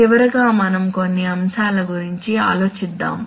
చివరగా మనం కొన్ని అంశాల గురించి ఆలోచిద్దాము